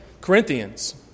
Corinthians